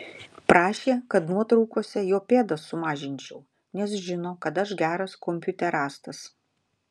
prašė kad nuotraukose jo pėdas sumažinčiau nes žino kad aš geras kompiuterastas